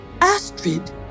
Astrid